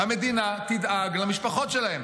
המדינה תדאג למשפחות שלהם.